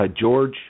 George